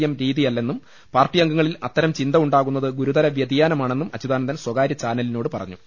M രീതിയല്ലെന്നും പാർട്ടി അംഗങ്ങളിൽ അത്തരം ചിന്ത ഉണ്ടാകുന്നത് ഗുരുതര വൃതിയാനമാണെന്നും അച്യുതാന ന്ദൻ സ്വകാര്യചാനലിനോട് പറഞ്ഞു